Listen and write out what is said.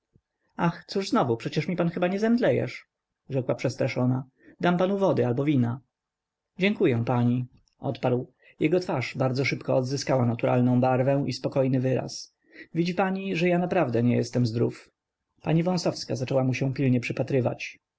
ach cóż znowu przecież mi pan chyba nie zemdlejesz rzekła przestraszona dam panu wody albo wina dziękuję pani odparł jego twarz bardzo szybko odzyskała naturalną barwę i spokojny wyraz widzi pani że naprawdę nie jestem zdrów pani wąsowska zaczęła mu się pilnie